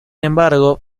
embargo